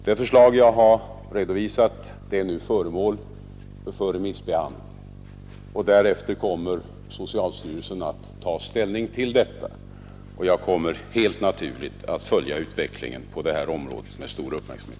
Det förslag som redovisats är föremål för remissbehandling, och därefter kommer socialstyrelsen att ta ställning till detta. Jag kommer helt naturligt att följa utvecklingen på detta viktiga område med stor uppmärksamhet.